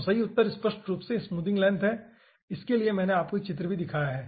तो सही उत्तर स्पष्ट रूप से स्मूथिंग लेंथ है इसके लिए मैंने आपको एक चित्र भी दिखाया है